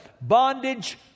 Bondage